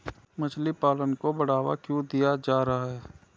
मछली पालन को बढ़ावा क्यों दिया जा रहा है?